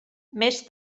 més